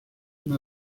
una